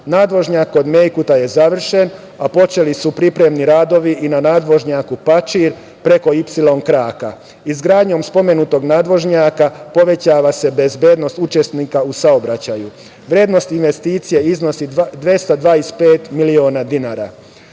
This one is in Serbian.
Nadvožnjak kod Mejkuta je završen, a počeli su pripremni radovi i na nadvožnjaku Pačir preko „ipsilon kraka“. Izgradnjom spomenutog nadvožnjaka povećava se bezbednost učesnika u saobraćaju. Vrednost investicije iznosi 225 miliona dinara. Vršiće